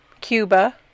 cuba